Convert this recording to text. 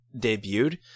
debuted